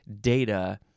Data